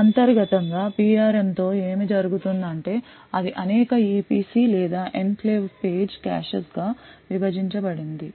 అంతర్గతంగా PRM తో ఏమి జరుగుతుందంటే అది అనేక EPC లేదా ఎన్క్లేవ్ పేజ్ Caches గా విభజించబడింది